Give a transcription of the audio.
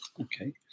okay